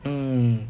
mm